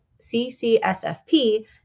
CCSFP